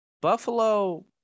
Buffalo